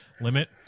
limit